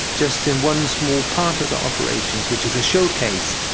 just in one small part of the operations, which is a showcase,